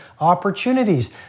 opportunities